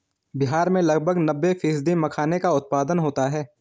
बिहार में लगभग नब्बे फ़ीसदी मखाने का उत्पादन होता है